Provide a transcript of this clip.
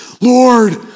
Lord